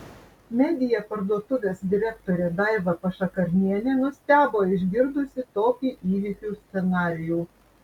media parduotuvės direktorė daiva pašakarnienė nustebo išgirdusi tokį įvykių scenarijų